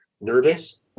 nervous